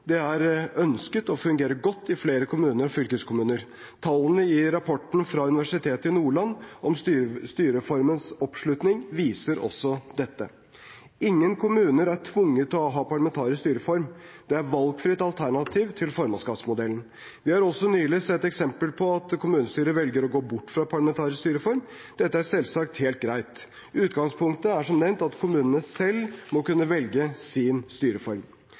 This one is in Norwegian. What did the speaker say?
er ønsket og fungerer godt i flere kommuner og fylkeskommuner. Tallene i rapporten fra Universitetet i Nordland om styreformens oppslutning viser også dette. Ingen kommuner er tvunget til å ha parlamentarisk styreform. Det er et valgfritt alternativ til formannskapsmodellen. Vi har også nylig sett eksempel på at et kommunestyre velger å gå bort fra parlamentarisk styreform. Dette er selvsagt helt greit. Utgangspunktet er som nevnt at kommunene selv må kunne velge sin styreform.